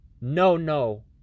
no-no